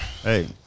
Hey